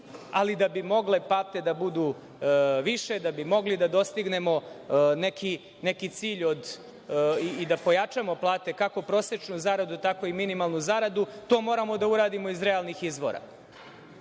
ali da bi mogle plate da budu više da bi mogli da dostignemo neki cilj i da pojačamo plate kako prosečnu zaradu, tako i minimalnu zaradu, i to moramo da uradimo iz realnih